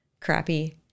crappy